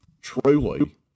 Truly